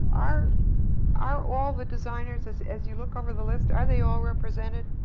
are are all the designers as as you look over the list, are they all represented?